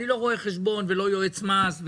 אני לא רואה חשבון ולא יועץ מס,